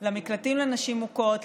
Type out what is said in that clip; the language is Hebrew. למקלטים לנשים מוכות,